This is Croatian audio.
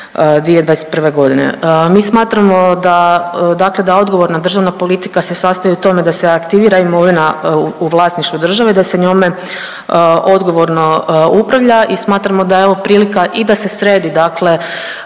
2021. godine. Mi smatramo da, dakle da odgovorna državna politika se sastoji u tome da se aktivira imovina u vlasništvu države i da se njome odgovorno upravlja i smatramo da je ovo prilika i da se sredi dakle